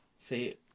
say